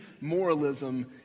moralism